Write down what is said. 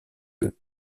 eux